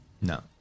No